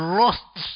lost